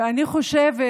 ואני חושבת